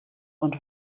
und